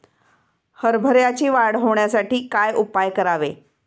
हरभऱ्याची वाढ होण्यासाठी काय उपाय करावे?